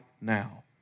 now